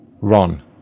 Ron